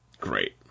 Great